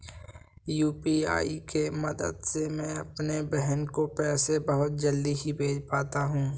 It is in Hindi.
यू.पी.आई के मदद से मैं अपनी बहन को पैसे बहुत जल्दी ही भेज पाता हूं